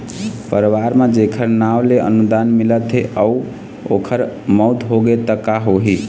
परवार म जेखर नांव ले अनुदान मिलत हे अउ ओखर मउत होगे त का होही?